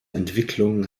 entwicklung